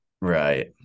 Right